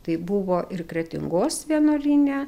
taip buvo ir kretingos vienuolyne